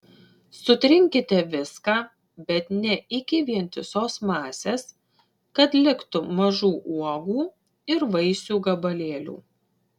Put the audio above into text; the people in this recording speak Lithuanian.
sutrinkite viską bet ne iki vientisos masės kad liktų mažų uogų ir vaisių gabalėlių